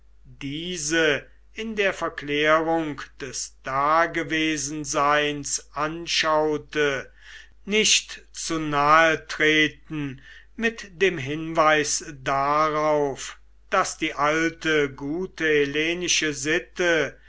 diese in der verklärung des dagewesenseins anschaute nicht zu nahe treten mit dem hinweis darauf daß die alte gute hellenische sitte